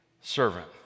servant